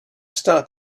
start